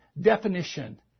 definition